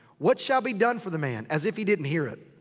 what shall be done for the man? as if he didn't hear it.